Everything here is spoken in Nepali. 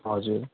हजुर